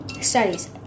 Studies